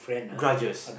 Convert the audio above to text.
grudges